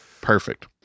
perfect